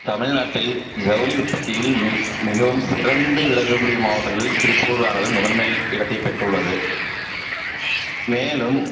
தமிழ்நாட்டில் ஜவுளி உற்பத்தியில் மி மிகவும் சிறந்து விளங்கக்கூடிய மாவட்டங்களில் திருப்பூரானது முதன்மையில் இடத்தை பெற்றுள்ளது மேலும்